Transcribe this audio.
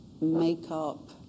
makeup